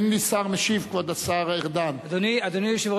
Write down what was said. כבוד השר ארדן, אין לי שר משיב.